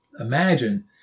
imagine